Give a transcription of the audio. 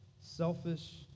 selfish